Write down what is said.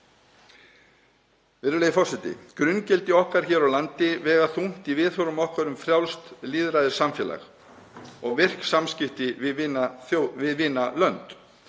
Virðulegi forseti. Grunngildi okkar hér á landi vega þungt í viðhorfum okkar um frjálst lýðræðissamfélag og virk samskipti við vinalönd.